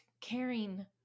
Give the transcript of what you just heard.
caring